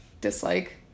dislike